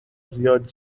زیاد